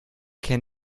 kennen